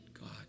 God